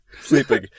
Sleeping